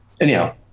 anyhow